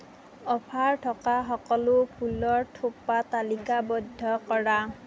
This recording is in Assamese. অফাৰ থকা সকলো ফুলৰ থোপা তালিকাবদ্ধ কৰা